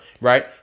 Right